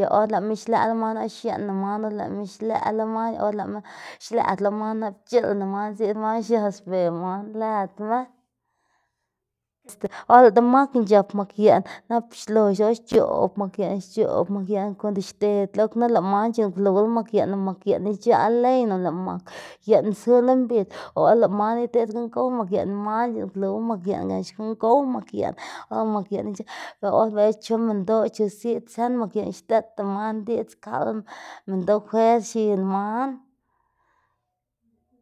y or lëꞌma xlëꞌ lo man lo xienna man lëꞌma xlëꞌ lo man lëꞌ or lëꞌma xlëꞌda lo man nap c̲h̲ilna man ziꞌd man xias xbe man lëdma este or lëꞌ demakná c̲h̲ap mak yeꞌn nap xlox xc̲h̲oꞌb mak yeꞌn xc̲h̲oꞌb mak yeꞌn konda xded lo knu lëꞌ man c̲h̲uꞌnnkluwla mak yeꞌn lëꞌ mak yeꞌn ic̲h̲aꞌ leyna lëꞌ mak yeꞌn zu lo mbidz o or lëꞌ man ideꞌd guꞌnn gow mak yeꞌn man c̲h̲uꞌnnkluw mak yeꞌn gan xkuꞌn gow mak yeꞌn or mak yeꞌnc̲h̲e lëꞌ or bela chu minndoꞌ chu ziꞌd sën mak yeꞌn xdeꞌdta man diꞌdz kaꞌl minndoꞌ fuer x̱in man.